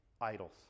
idols